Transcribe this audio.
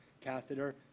catheter